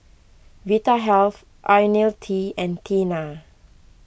Vitahealth Ionil T and Tena